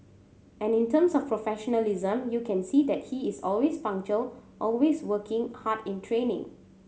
and in terms of professionalism you can see that he is always punctual always working hard in training